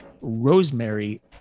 rosemary